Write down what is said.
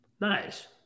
nice